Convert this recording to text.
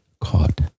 caught